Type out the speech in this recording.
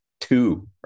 two